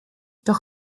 doch